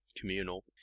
communal